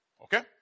Okay